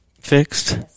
fixed